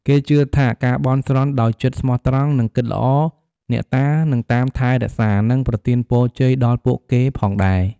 គេជឿថាការបន់ស្រន់ដោយចិត្តស្មោះត្រង់ និងគិតល្អ អ្នកតានឹងតាមថែរក្សា និងប្រទានពរជ័យដល់ពួកគេផងដែរ។